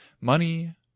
Money